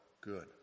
good